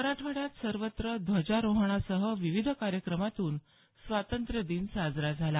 मराठवाड्यात सर्वत्र ध्वजारोहणासह विविध कार्यक्रमातून स्वातंत्र्याद्न साजरा झाला